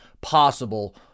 possible